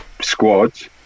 squads